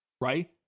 Right